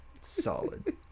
Solid